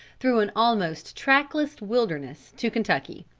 through an almost trackless wilderness, to kentucky.